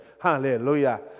Hallelujah